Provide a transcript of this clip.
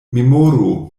memoru